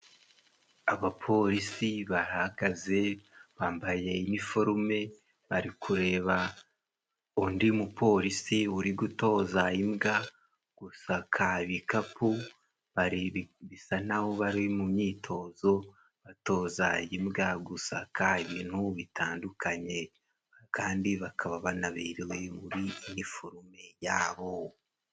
Abapolisi bahagaze bambaye iniforume, bari kureba undi mupolisi uri gutoza imbwa gusaka ibikapu. Bisa n'aho bari mu myitozo batoza imbwa gusaka ibintu bitandukanye. Kandi bakaba banaberewe muri iniforume yabo.